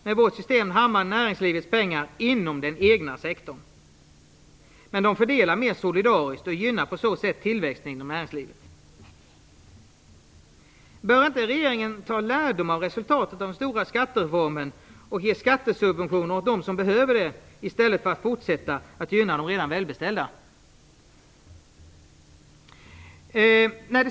Med vårt system hamnar näringslivets pengar inom den egna sektorn, men de fördelas mera solidariskt och gynnar på så sätt tillväxten inom näringslivet. Bör inte regeringen ta lärdom av resultatet av den stora skattereformen och ge skattesubventioner åt dem som behöver det, i stället för att fortsätta att gynna de redan välbeställda?